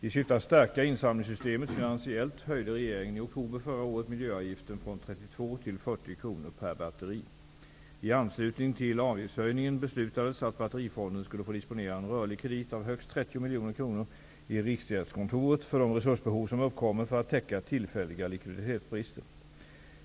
I syfte att stärka insamlingssystemet finansiellt höjde regeringen i oktober förra året miljöavgiften från miljoner kronor i Riksgäldskontoret för de resursbehov som uppkommer för att täcka tillfälliga likviditetsbrister.